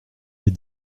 est